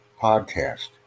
podcast